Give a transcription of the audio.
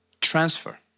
transfer